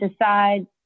decide